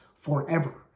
forever